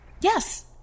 Yes